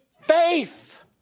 faith